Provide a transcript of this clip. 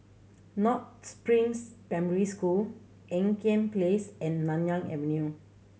North Springs Primary School Ean Kiam Place and Nanyang Avenue